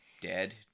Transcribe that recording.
Dead